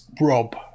rob